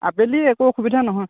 আবেলি একো অসুবিধা নহয়